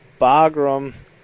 Bagram